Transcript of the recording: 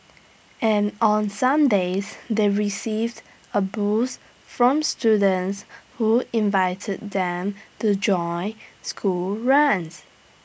and on some days they received A boost from students who invited them to join school runs